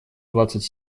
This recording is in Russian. двадцать